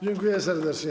Dziękuję serdecznie.